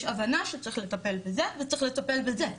יש הבנה שצריך לטפל בזה וצריך לטפל בזה.